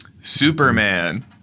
Superman